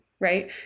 right